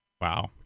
Wow